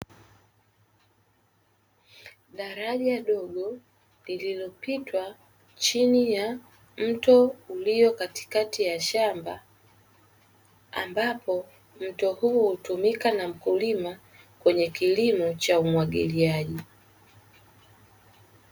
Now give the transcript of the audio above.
Daraja dogo lililopitwa chini ya mto ulio katikati ya shamba ambapo mto huu hutumika na mkulima kwenye kilimo cha umwagiliaji.